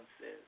says